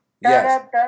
Yes